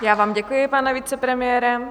Já vám děkuji, pane vicepremiére.